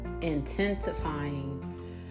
intensifying